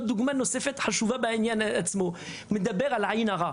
על עין הרע,